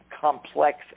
complex